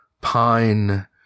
pine